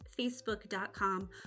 facebook.com